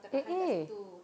eh eh